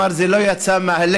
והוא אמר: זה לא יצא מהלב,